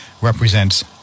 represents